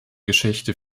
geschichte